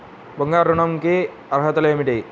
బంగారు ఋణం కి అర్హతలు ఏమిటీ?